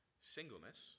Singleness